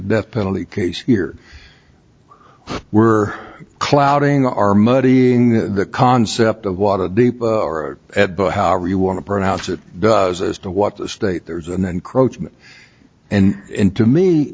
death penalty case here who were clouding our muddying the concept of water deep or at bow however you want to pronounce it does as to what the state there's an encroachment and into me